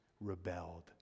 rebelled